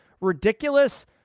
ridiculous